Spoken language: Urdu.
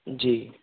جی